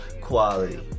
quality